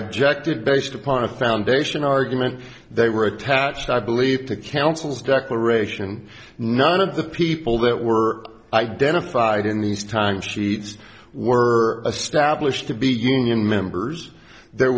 objected based upon a foundation argument they were attached i believe to councils declaration none of the people that were identified in these time sheets were a stablish to be union members there